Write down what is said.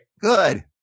Good